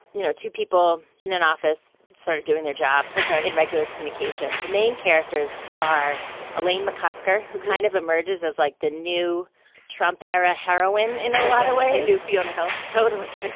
you know, two people in an office sort of doing their jobs in regular communication. the main characters are elaine mccusker, who kind of emerges as like the new trump era heroine in a lot of ways. new fiona hill. totally